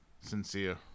sincere